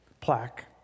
plaque